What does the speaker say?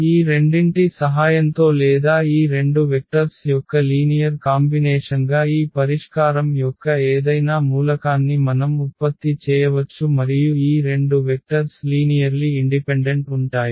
ఈ రెండింటి సహాయంతో లేదా ఈ రెండు వెక్టర్స్ యొక్క లీనియర్ కాంబినేషన్గా ఈ పరిష్కారం యొక్క ఏదైనా మూలకాన్ని మనం ఉత్పత్తి చేయవచ్చు మరియు ఈ రెండు వెక్టర్స్ లీనియర్లి ఇండిపెండెంట్ ఉంటాయి